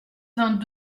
vingt